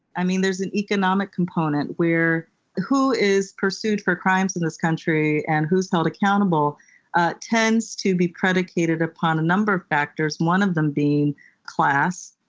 i mean, there's an economic component where who is pursued for crimes and this country and who are held accountable ah tends to be predicated upon a number of factors, one of them being class,